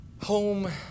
Home